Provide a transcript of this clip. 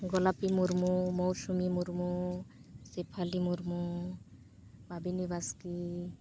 Golapi Murmu Mousumi Murmu Sephali Murmu Bhabini Baske